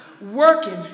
working